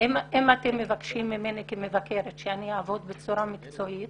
אם אתם מבקשים ממני כמבקרת שאני אעבוד בצורה מקצועית